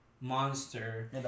monster